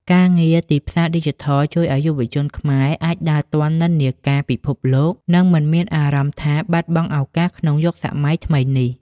ការងារទីផ្សារឌីជីថលជួយឱ្យយុវជនខ្មែរអាចដើរទាន់និន្នាការពិភពលោក និងមិនមានអារម្មណ៍ថាបាត់បង់ឱកាសក្នុងយុគសម័យថ្មីនេះ។